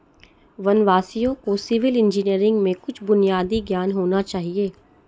वनवासियों को civil engineering में कुछ बुनियादी ज्ञान होना चाहिए